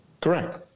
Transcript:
Correct